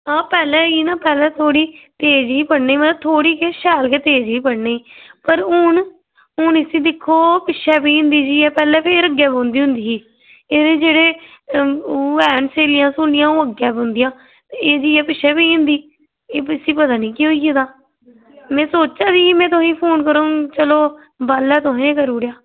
आं पैह्लें होई ना पैह्लें थोह्ड़ी तेज़ ही पढ़ने ई थोह्ड़ी केह् शैल ही पढ़नै ई ते हून दिक्खो छप्पदी फिरदी ऐ पैह्लें भी अग्गें बौहंदी होंदी ही एह्दी जेह्ड़ियां हैन स्हेलियां ओह् अग्गें बौहंदियां ते एह् पिच्छें बेही जंदी एह् इसी पता निं केह् होई गेदा में सोचा दी ही की तुसें ई फोन करङ पर पैह्लें तुसें करी ओड़ेआ